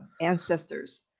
ancestors